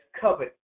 covered